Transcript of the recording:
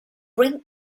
ring